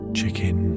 chicken